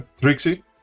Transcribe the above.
Trixie